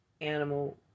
animal